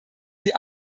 sie